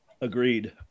agreed